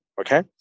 okay